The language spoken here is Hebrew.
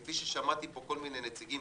כפי ששמעתי פה כל מיני נציגים,